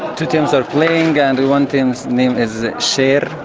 two teams are playing and one team's name is sher,